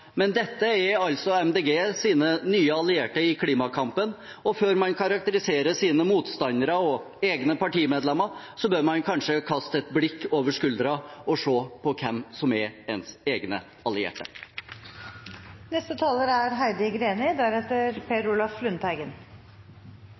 men dette er altså Miljøpartiet De Grønnes nye allierte i klimakampen. Før man karakteriserer sine motstandere og egne partimedlemmer, bør man kanskje kaste et blikk over skulderen og se på hvem som er ens egne allierte. Norge er